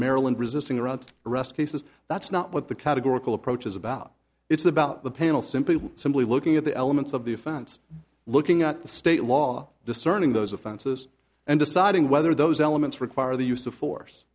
maryland resisting arrest arrest cases that's not what the categorical approach is about it's about the panel simply simply looking at the elements of the offense looking at the state law discerning those offenses and deciding whether those elements require the use of force